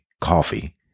coffee